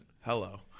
Hello